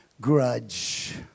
grudge